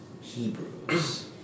Hebrews